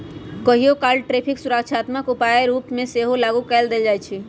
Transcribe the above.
कहियोकाल टैरिफ सुरक्षात्मक उपाय के रूप में सेहो लागू कएल जाइ छइ